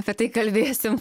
apie tai kalbėsim